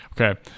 Okay